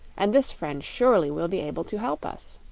and this friend surely will be able to help us.